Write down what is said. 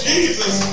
Jesus